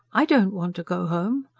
i don't want to go home.